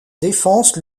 défense